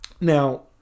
Now